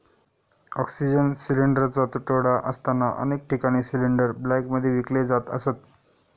oxygen सिलिंडरचा तुटवडा असताना अनेक ठिकाणी सिलिंडर ब्लॅकमध्ये विकले जात असत